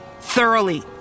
Thoroughly